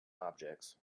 objects